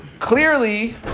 Clearly